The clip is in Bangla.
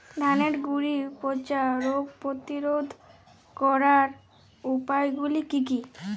ধানের গুড়ি পচা রোগ প্রতিরোধ করার উপায়গুলি কি কি?